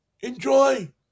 enjoy